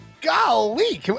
Golly